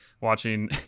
watching